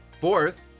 Fourth